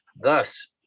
Thus